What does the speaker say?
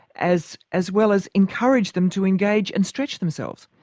as as well as encourage them to engage and stretch themselves?